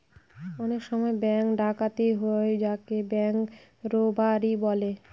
অনেক সময় ব্যাঙ্ক ডাকাতি হয় যাকে ব্যাঙ্ক রোবাড়ি বলে